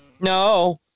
No